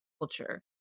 culture